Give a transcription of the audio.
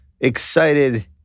excited